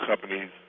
companies